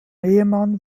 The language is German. ehemann